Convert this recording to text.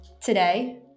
Today